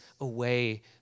away